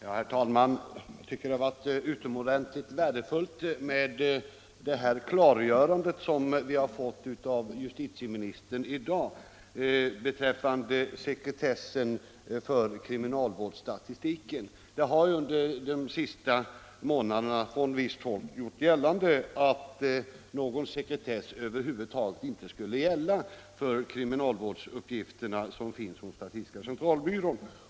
Herr talman! Jag tycker att det varit utomordentligt värdefullt med det klarläggande som vi fått av justitieministern beträffande sekretessen för kriminalstatistiken. Under de senaste månaderna har man från visst håll gjort gällande att någon sekretess över huvud taget inte skulle gälla för kriminalvårdsuppgifterna hos statistiska centralbyrån.